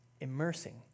immersing